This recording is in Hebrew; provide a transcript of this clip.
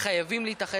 חברי הכנסת,